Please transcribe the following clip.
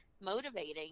motivating